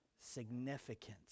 significance